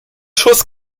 schuss